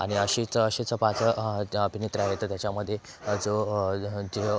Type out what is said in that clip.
आणि अशीच असेच पाच अभिनेत्री आहेत त्याच्यामध्ये जो जे